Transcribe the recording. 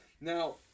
Now